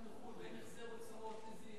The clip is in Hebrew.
בחו"ל ואין החזר הוצאות לאירוע.